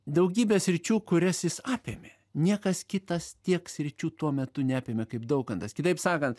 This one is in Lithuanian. daugybė sričių kurias jis apėmė niekas kitas tiek sričių tuo metu neapėmė kaip daukantas kitaip sakant